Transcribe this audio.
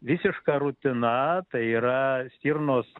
visiška rutina tai yra stirnos